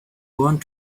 want